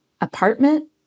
apartment